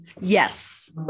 yes